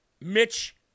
Mitch